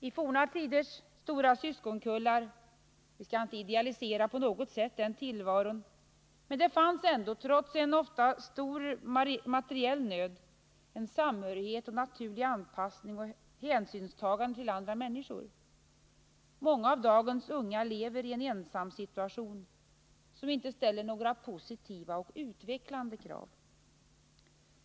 I forna tiders stora syskonkullar fanns ändå, trots en ofta stor materiell nöd — vi skall inte på något sätt idealisera den tillvaron — samhörighet och naturlig anpassning och hänsynstagande till andra människor. Många av dagens unga lever i en ensamsituation som inte ställer några positiva och utvecklande krav.